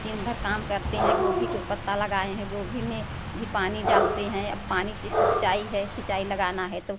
दिन भर काम करते हैं गोभी का पत्ता लगाए हैं गोभी में भी पानी डालते हैं अब पानी से सिंचाई है सिंचाई लगाना है तो